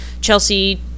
Chelsea